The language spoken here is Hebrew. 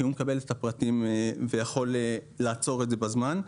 הוא מקבל את הפרטים ויכול לעצור את זה בזמן,